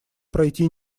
пройти